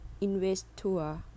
investor